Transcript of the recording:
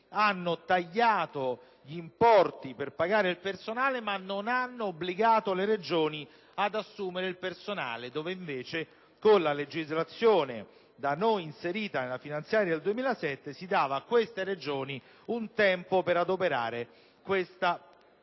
hanno tagliato gli importi per pagare il personale, ma non hanno obbligato le Regioni ad assumere il personale. Invece, con la legislazione da noi inserita nella finanziaria del 2007, si dava a queste Regioni un tempo per realizzare questa operazione